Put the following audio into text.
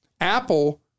Apple